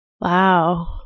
Wow